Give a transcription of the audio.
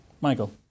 Michael